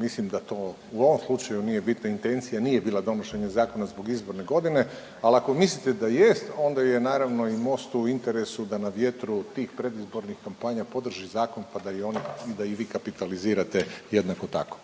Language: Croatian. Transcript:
mislim da to u ovom slučaju nije bitna intencija nije bila donošenje zakona zbog izborne godine, ali ako mislite da jest, onda je naravno i Mostu u interesu da na vjetru tih predizbornih kampanja podrži zakon pa da i on, da i vi kapitalizirate jednako tako.